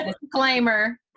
disclaimer